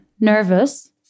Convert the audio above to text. nervous